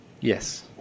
yes